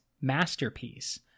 masterpiece